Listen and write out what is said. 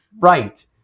right